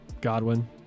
Godwin